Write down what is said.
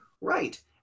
Right